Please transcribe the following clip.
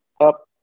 up